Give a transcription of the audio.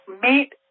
Meet